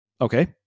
Okay